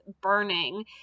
burning